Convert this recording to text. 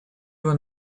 его